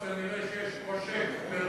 אז כנראה שיש פה,